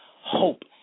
hope